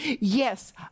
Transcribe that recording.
Yes